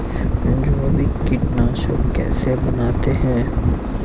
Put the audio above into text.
जैविक कीटनाशक कैसे बनाते हैं?